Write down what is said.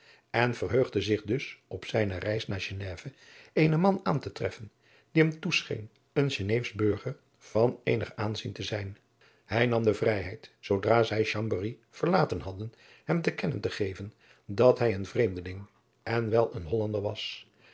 en verheugde zich dus op zijne reis naar geneve eenen man aan te treffen die hem toescheen een geneefsch burger van eenig aanzien te zijn hij nam de vrijheid om zoodra zij chamberry verlaten hadden hem te kennen te geven dat hij een vreemdeling en wel een hollander was